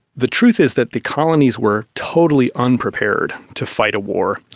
the truth is that the colonies were totally unprepared to fight a war,